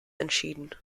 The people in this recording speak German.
entschieden